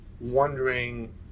wondering